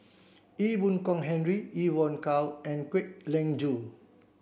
Ee Boon Kong Henry Evon Kow and Kwek Leng Joo